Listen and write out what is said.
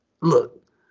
look